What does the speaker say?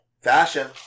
Fashion